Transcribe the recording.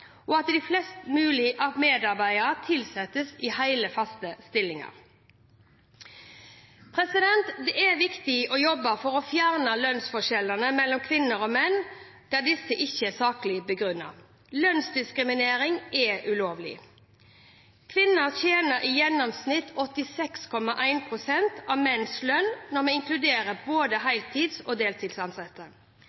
og at flest mulig medarbeidere tilsettes i hele, faste stillinger. Det er viktig å jobbe for å fjerne lønnsforskjellene mellom kvinner og menn der disse ikke er saklig begrunnet. Lønnsdiskriminering er ulovlig. Kvinner tjener i gjennomsnitt 86,1 pst. av menns lønn når vi inkluderer både